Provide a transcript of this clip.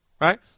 Right